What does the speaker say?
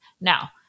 Now